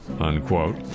unquote